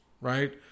right